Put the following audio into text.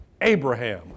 Abraham